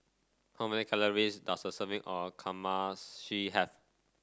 how many calories does a serving of Kamameshi have